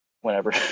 whenever